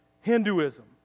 Hinduism